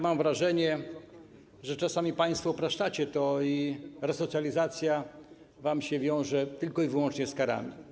Mam wrażenie, że czasami państwo to upraszczacie i resocjalizacja wam się wiąże tylko i wyłącznie z karami.